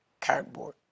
cardboard